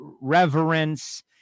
reverence